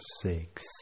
six